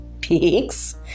peaks